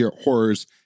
horrors